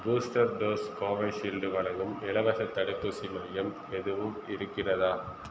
booster dose Covishield வழங்கும் இலவசத் தடுப்பூசி மையம் எதுவும் இருக்கிறதா